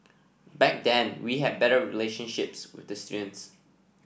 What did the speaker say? back then we had better relationships with the students